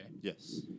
Yes